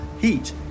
heat